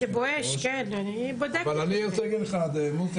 אבל אני רוצה להגיד לך מוסי,